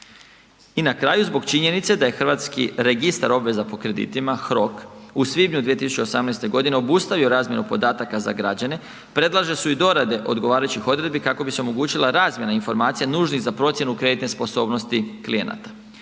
I na kraju, zbog činjenice da je Hrvatski registar obveza po kreditima, HROK u svibnju 2018. obustavio razmjenu podataka za građane, predložene su dorade odgovarajućih odredbi kako bi se omogućila razmjena informacija nužnih za procjenu kreditne sposobnosti klijenata.